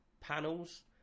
panels